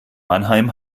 mannheim